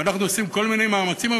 ואנחנו עושים כל מיני מאמצים,